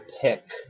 pick